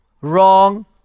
wrong